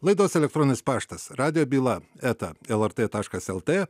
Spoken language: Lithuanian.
laidos elektroninis paštas radijo byla eta lrt taškas lt